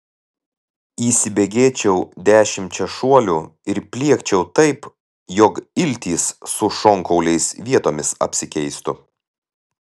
įsibėgėčiau dešimčia šuolių ir pliekčiau taip jog iltys su šonkauliais vietomis apsikeistų